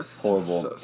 Horrible